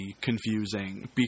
confusing